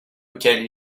auxquelles